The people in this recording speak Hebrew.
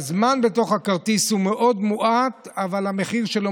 הזמן בכרטיס הוא מאוד מועט אבל המחיר שלו